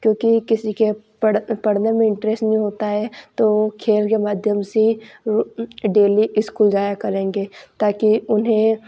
क्योंकि किसी के पढ़ पढ़ने में इंटररेस्ट नहीं होता है तो खेल के माध्यम से ही वो डेली स्कूल जाया करेंगे ताकि उन्हें